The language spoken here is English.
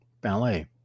ballet